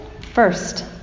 First